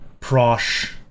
prosh